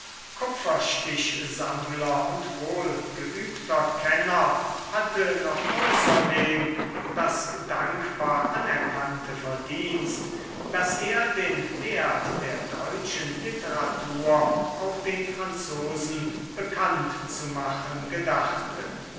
kupferstichsammler und wohlgeübter kenner hatte noch außerdem das dankbar anerkannte verdienst daß er den wert der deutschen literatur auch den franzosen bekannt zu machen gedachte